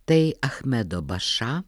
tai achmedo baša